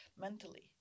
mentally